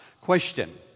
Question